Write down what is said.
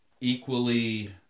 equally